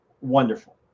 wonderful